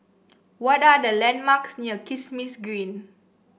what are the landmarks near Kismis Green